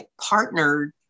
partnered